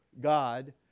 God